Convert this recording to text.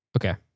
Okay